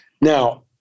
Now